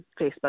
Facebook